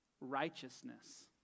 Righteousness